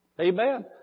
Amen